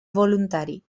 voluntari